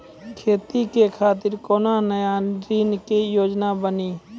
खेती के खातिर कोनो नया ऋण के योजना बानी?